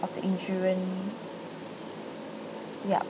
of the insurance ya